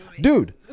Dude